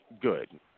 good